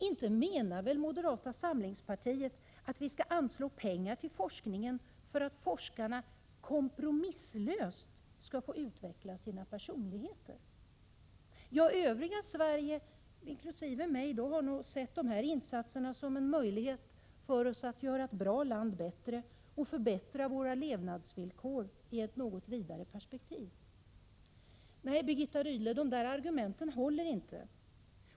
Inte menar väl moderata samlingspartiet att vi skall anslå pengar till forskningen för att forskarna kompromisslöst skall få utveckla sina personligheter? Ja, övriga Sverige inkl. mig har nog sett dessa insatser som en möjlighet för oss att göra ett bra land bättre och förbättra våra levnadsvillkor i ett något vidare perspektiv. Nej, Birgitta Rydle, argumenten håller inte.